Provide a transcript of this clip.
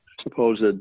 supposed